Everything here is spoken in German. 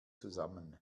zusammen